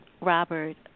Robert